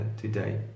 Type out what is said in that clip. today